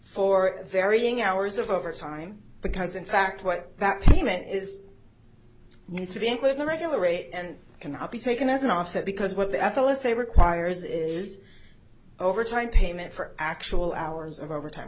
for varying hours of overtime because in fact what that payment is needs to be include the regular rate and cannot be taken as an offset because what the f l is say requires is overtime payment for actual hours of overtime